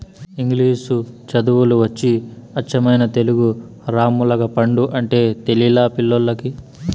ఇంగిలీసు చదువులు వచ్చి అచ్చమైన తెలుగు రామ్ములగపండు అంటే తెలిలా పిల్లోల్లకి